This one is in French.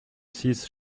six